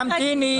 תמתיני.